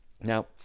Now